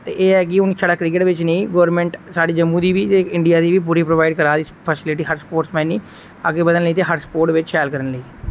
ते एह् ऐ कि हुन छड़ा क्रिकेट बिच नेईं गोरमैंट साढ़ी जम्मू दी वि ते इंडिया दी बी पूरी प्रोवाइड करा दी फैसिलिटी हर स्पोर्ट्समैन ही अग्गै बधन लेई ते हर स्पोर्ट बिच शैल करन लेई